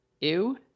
Ew